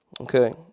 okay